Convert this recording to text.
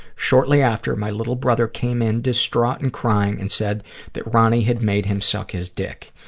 shortly after, my little brother came in, distraught and crying, and said that ronnie had made him suck his dick.